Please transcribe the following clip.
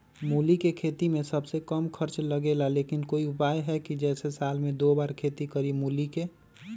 मूली के खेती में सबसे कम खर्च लगेला लेकिन कोई उपाय है कि जेसे साल में दो बार खेती करी मूली के?